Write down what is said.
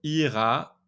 Ira